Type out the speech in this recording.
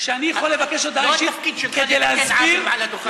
זה לא התפקיד שלך לתקן עוול מעל הדוכן.